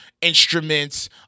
instruments